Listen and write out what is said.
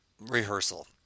rehearsal